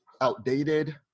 outdated